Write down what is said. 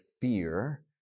fear